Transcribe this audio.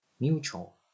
Mutual